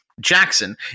Jackson